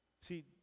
See